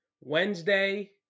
Wednesday